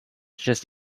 just